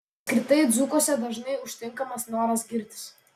apskritai dzūkuose dažnai užtinkamas noras girtis